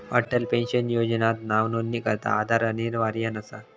Atal pension योजनात नावनोंदणीकरता आधार अनिवार्य नसा